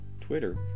Twitter